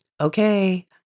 Okay